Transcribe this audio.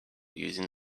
using